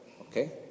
okay